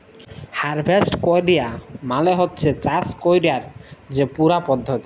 harvest ক্যরা মালে হছে চাষ ক্যরার যে পুরা পদ্ধতি